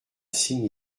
signe